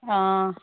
অঁ